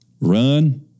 Run